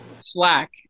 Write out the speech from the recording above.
Slack